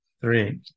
three